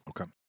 Okay